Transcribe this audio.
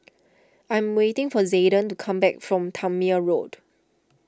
I'm waiting for Zayden to come back from Tangmere Road